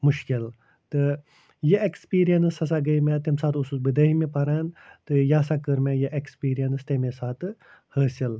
مشکل تہٕ یہِ ایٚکٕسپیٖریَنٕس ہسا گٔے مےٚ تَمہِ ساتہٕ اوسُس بہٕ دٔہمہِ پران تہٕ یہِ ہسا کٔر مےٚ یہِ ایٚکٕسپیٖریَنٕس تٔمیٚے ساتہٕ حٲصِل